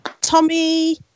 Tommy